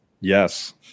yes